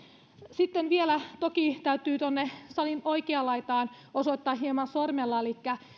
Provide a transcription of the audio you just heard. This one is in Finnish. sitten vielä toki täytyy tuonne salin oikeaan laitaan osoittaa hieman sormella elikkä